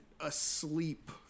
asleep